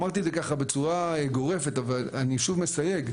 אמרתי את זה ככה בצורה גורפת אבל אני שוב מסייג,